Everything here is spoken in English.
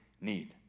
need